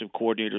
coordinators